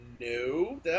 no